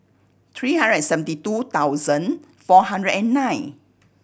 three hundred and seventy two thousand four hundred and nine